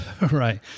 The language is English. Right